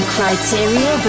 Criteria